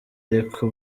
ariko